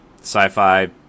sci-fi